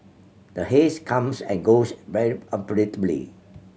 the haze comes and goes very unpredictably